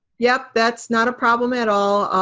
yep, that's not a problem at all.